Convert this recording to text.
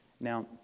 Now